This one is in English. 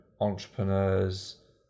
entrepreneurs